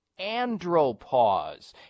andropause